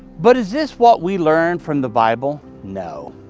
but is this what we learn from the bible? no.